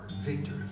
victory